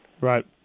Right